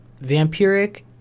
Vampiric